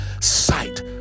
sight